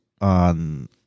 on